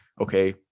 okay